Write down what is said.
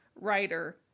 writer